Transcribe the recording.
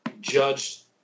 judged